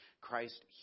Christ